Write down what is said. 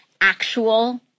actual